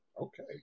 Okay